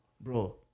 Bro